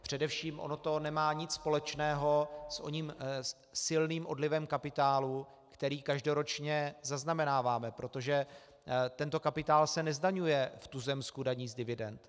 Především ono to nemá nic společného s oním silným odlivem kapitálu, který každoročně zaznamenáváme, protože tento kapitál se nezdaňuje v tuzemsku daní z dividend.